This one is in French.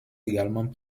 également